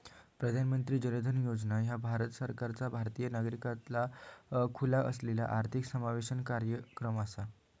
प्रधानमंत्री जन धन योजना ह्या भारत सरकारचा भारतीय नागरिकाकरता खुला असलेला आर्थिक समावेशन कार्यक्रम असा